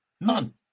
None